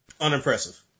Unimpressive